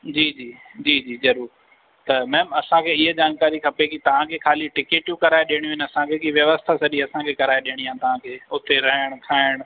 जी जी जी जी ज़रूरु त मेम असांखे इहा जानकारी खपे की तव्हांखे ख़ाली टिकिटूं कराए ॾियणूं आहिनि असांखे की व्यवस्था सॼी असांखे कराए ॾियणी आहे असांखे हुते रहणु खाइणु